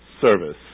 service